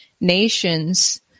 nation's